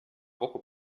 poco